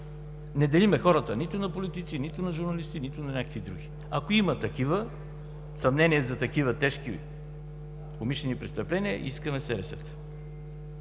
Не делим хората нито на политици, нито на журналисти, нито на някакви други. Ако има съмнения за такива тежки умишлени престъпления, искаме СРС.